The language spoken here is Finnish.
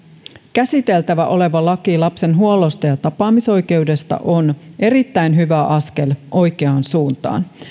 käsiteltävänä oleva laki lapsen huollosta ja tapaamisoikeudesta on erittäin hyvä askel oikeaan suuntaan